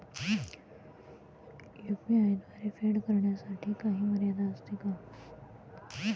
UPI द्वारे फेड करण्यासाठी काही मर्यादा असते का?